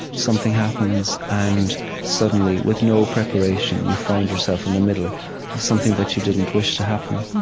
something happens, and suddenly, with no preparation, you find yourself in the middle of something that you didn't wish to happen.